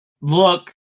look